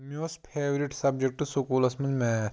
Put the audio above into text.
مےٚ اوس فیورِٹ سبجکٹہٕ سکوٗلَس منٛز میتھ